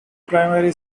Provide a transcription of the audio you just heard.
primary